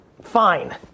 fine